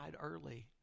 early